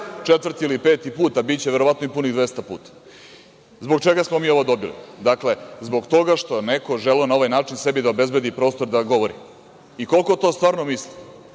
četvrti ili peti put, a biće verovatno i punih 200 puta? Zbog čega smo mi ovo dobili? Dakle, zbog toga što je neko na ovaj način želeo da obezbedi sebi prostor da govori. Koliko to stvarno misli,